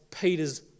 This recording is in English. Peter's